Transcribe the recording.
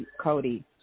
Cody